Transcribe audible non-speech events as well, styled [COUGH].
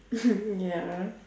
[LAUGHS] ya